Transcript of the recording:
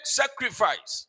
sacrifice